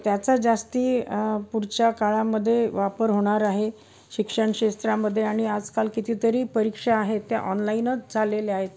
त्याचा जास्त पुढच्या काळामध्ये वापर होणार आहे शिक्षण क्षेत्रामध्ये आणि आजकाल किती तरी परीक्षा आहे त्या ऑनलाईनच चाललेल्या आहेत